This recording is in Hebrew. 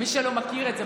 למי שלא מכיר את זה,